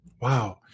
Wow